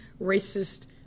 racist